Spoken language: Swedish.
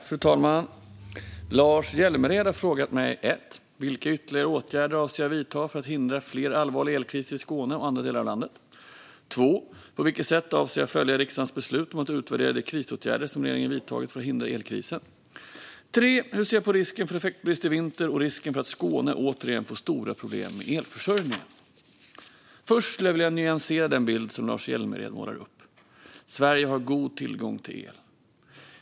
Fru talman! Lars Hjälmered har frågat mig vilka ytterligare åtgärder jag avser att vidta för att hindra fler allvarliga elkriser i Skåne och andra delar av landet, på vilket sätt jag avser att följa riksdagens beslut om att utvärdera de krisåtgärder som regeringen vidtagit för att hindra elkrisen och hur jag ser på risken för effektbrist i vinter och risken för att Skåne återigen får stora problem med elförsörjningen. Först skulle jag vilja nyansera den bild som Lars Hjälmered målar upp. Sverige har god tillgång till el.